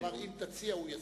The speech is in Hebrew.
אם תציע הוא יסכים.